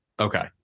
Okay